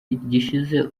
gishize